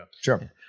Sure